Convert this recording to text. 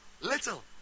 Little